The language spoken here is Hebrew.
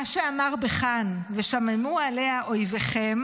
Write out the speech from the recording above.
מה שאמר בכאן ושממו עליה אויביכם",